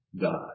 God